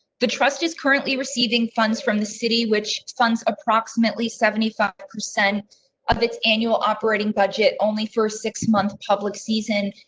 the trust is currently receiving funds from the city, which funds approximately seventy five percent of its annual operating budget, only for six month, public season,